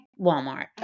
Walmart